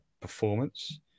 performance